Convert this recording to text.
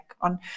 on